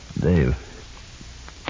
Dave